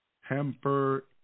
Hamper